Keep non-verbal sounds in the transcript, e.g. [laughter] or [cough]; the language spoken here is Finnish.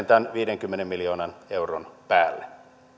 [unintelligible] tämän viidenkymmenen miljoonan euron päälle